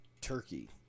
Turkey